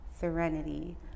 Serenity